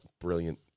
brilliant